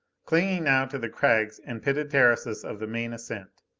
clinging now to the crags and pitted terraces of the main ascent.